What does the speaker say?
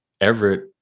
Everett